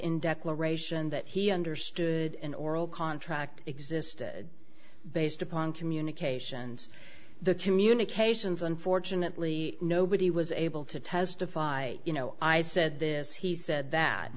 in declaration that he understood an oral contract existed based upon communications the communications unfortunately nobody was able to testify you know i said this he said that